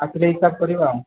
ଆସିଲେ ହିସାବ କରିବା ଆଉ